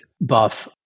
buff